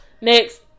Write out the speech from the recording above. Next